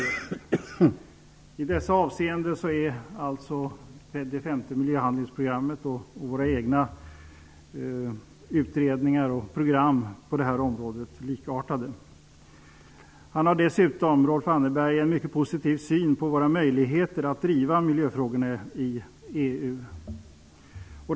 I dessa avseenden är alltså det femte miljöhandlingsprogrammet och våra egna utredningar och program på detta område likartade. Rolf Annerberg har dessutom en mycket positiv syn på våra möjligheter att driva miljöfrågorna i EU.